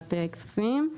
מוועדת כספים,